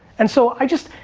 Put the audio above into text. and so i just,